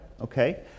okay